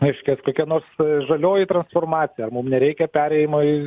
reiškias kokia nors žalioji transformacija ar mum nereikia perėjimo į